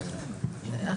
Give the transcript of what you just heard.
ניקח את זה לתשומת ליבנו.